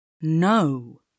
no